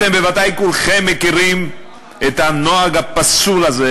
אתם בוודאי, כולכם, מכירים את הנוהג הפסול הזה,